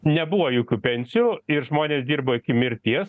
nebuvo jokių pensijų ir žmonės dirbo iki mirties